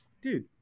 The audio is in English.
Dude